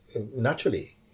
naturally